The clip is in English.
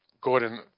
Gordon